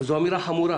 וזו אמירה חמורה.